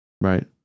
right